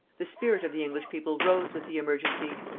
the spirit of the english people rose with the emergency.